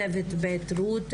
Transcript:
צוות בית רות,